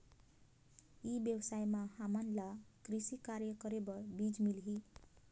ई व्यवसाय म हामन ला कृषि कार्य करे बर बीजा मिलही?